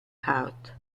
hart